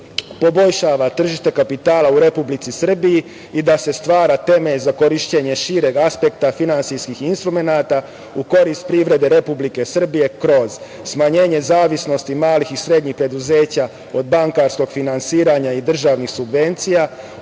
poboljšava tržište kapitala u Republici Srbiji i da se stvara temelj za korišćenje šireg aspekta finansijskih instrumenata u korist privrede Republike Srbije kroz smanjenje zavisnosti malih i srednjih preduzeća od bankarskog finansiranja i državnih subvencija,